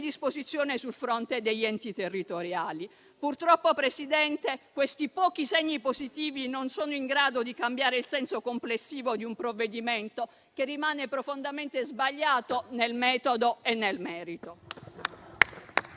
disposizioni sul fronte degli enti territoriali. Purtroppo, signora Presidente, questi pochi segni positivi non sono in grado di cambiare il senso complessivo di un provvedimento che rimane profondamente sbagliato nel metodo e nel merito.